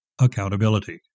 accountability